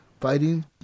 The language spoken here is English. fighting